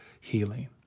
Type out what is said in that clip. healing